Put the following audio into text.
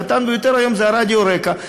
הקטן ביותר היום זה רדיו רק"ע.